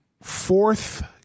fourth